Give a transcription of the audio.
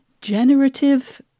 generative